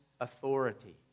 authority